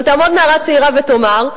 אבל תעמוד נערה צעירה ותאמר: